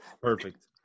Perfect